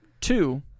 Two